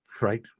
right